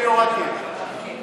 אני הורדתי את זה.